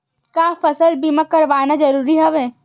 का फसल बीमा करवाना ज़रूरी हवय?